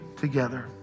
together